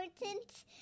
important